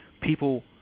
people